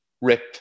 Rip